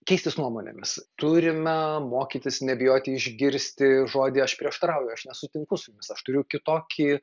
keistis nuomonėmis turime mokytis nebijoti išgirsti žodį aš prieštarauju aš nesutinku su jumis aš turiu kitokį